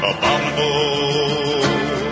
Abominable